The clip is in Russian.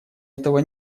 этого